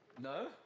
No